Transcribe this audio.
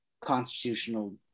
constitutional